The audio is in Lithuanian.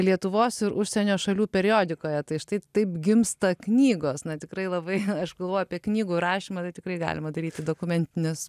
lietuvos ir užsienio šalių periodikoje tai štai taip gimsta knygos na tikrai labai aš galvoju apie knygų rašymą tai tikrai galima daryti dokumentinius